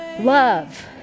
love